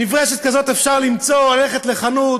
נברשת כזאת אפשר למצוא, ללכת לחנות.